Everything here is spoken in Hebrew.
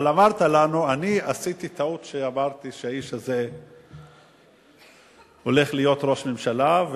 אבל אמרת לנו: אני עשיתי טעות שאמרתי שהאיש הזה הולך להיות ראש ממשלה,